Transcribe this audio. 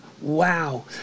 Wow